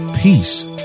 peace